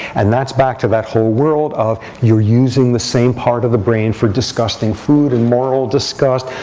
and that's back to that whole world of, you're using the same part of the brain for disgusting food and moral disgust,